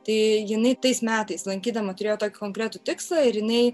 tai jinai tais metais lankydama turėjo tokį konkretų tikslą ir jinai